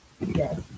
Yes